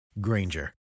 Granger